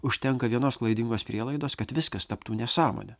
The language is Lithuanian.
užtenka vienos klaidingos prielaidos kad viskas taptų nesąmone